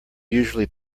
usually